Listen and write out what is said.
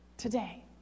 Today